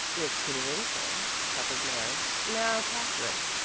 it's convincing, chuckled mary. now katherine.